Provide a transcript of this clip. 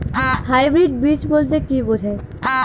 Hybrid বীজ বলতে কী বোঝায়?